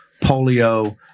polio